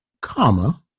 Comma